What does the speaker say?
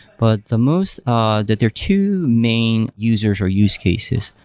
but the most ah that there are two main users or use cases.